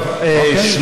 אוקיי,